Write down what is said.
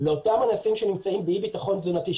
לאותם אנשים שנמצאים באי ביטחון תזונתי,